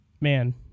Man